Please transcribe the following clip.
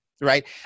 right